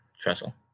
Trestle